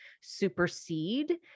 supersede